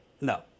No